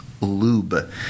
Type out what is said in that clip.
lube